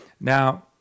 Now